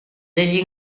degli